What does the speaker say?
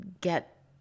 get